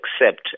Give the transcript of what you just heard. accept